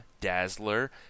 Dazzler